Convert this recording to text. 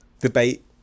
debate